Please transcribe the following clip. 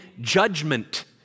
judgment